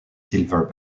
silver